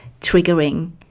triggering